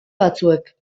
batzuek